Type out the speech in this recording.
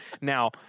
Now